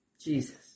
Jesus